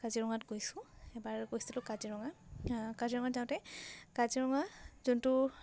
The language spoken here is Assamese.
কাজিৰঙাত গৈছোঁ এবাৰ গৈছিলোঁ কাজিৰঙা কাজিৰঙাত যাওঁতে কাজিৰঙা যোনটো